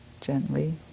gently